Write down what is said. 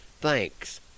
Thanks